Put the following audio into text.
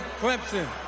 Clemson